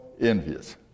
envious